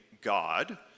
God